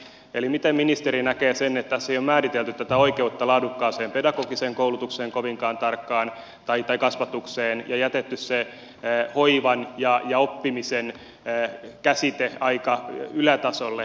eli miten ministeri näkee sen että tässä ei ole määritelty tätä oikeutta laadukkaaseen pedagogiseen kasvatukseen kovinkaan tarkkaan ja on jätetty se hoivan ja oppimisen käsite aika ylätasolle